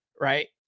right